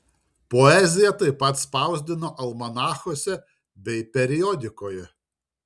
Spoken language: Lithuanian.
poeziją taip pat spausdino almanachuose bei periodikoje